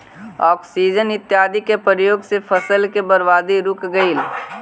auxin इत्यादि के प्रयोग से फसल के बर्बादी रुकऽ हई